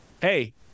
hey